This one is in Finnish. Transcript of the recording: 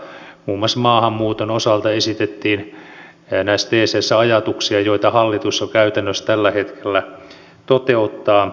muun muassa maahanmuuton osalta esitettiin näissä teeseissä ajatuksia joita hallitus jo käytännössä tällä hetkellä toteuttaa